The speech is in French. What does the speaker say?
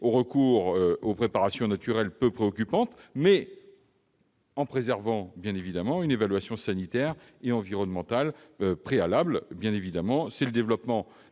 recours aux préparations naturelles peu préoccupantes, tout en préservant, évidemment, une évaluation sanitaire et environnementale préalable. Cela passe par le développement